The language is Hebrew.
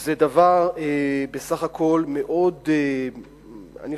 זה דבר בסך הכול מאוד הגיוני,